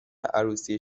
عروسی